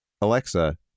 alexa